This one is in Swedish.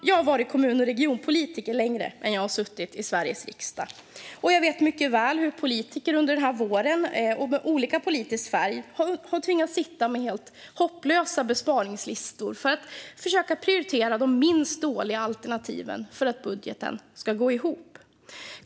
Jag har varit kommun och regionpolitiker längre än jag har suttit i Sveriges riksdag, och jag vet mycket väl hur lokalpolitiker av olika politisk färg under våren tvingats sitta med hopplösa besparingslistor och försökt prioritera de minst dåliga alternativen för att budgeten ska gå ihop.